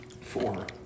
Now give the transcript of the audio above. Four